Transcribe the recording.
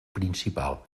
principal